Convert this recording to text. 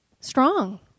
strong